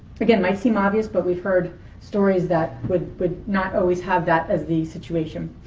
again, might seem obvious, but we've heard stories that would would not always have that as the situation.